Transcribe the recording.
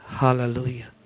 Hallelujah